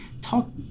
Talk